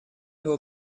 его